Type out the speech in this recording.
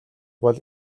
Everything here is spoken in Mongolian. бол